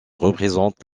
représente